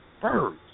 birds